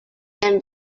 and